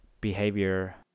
behavior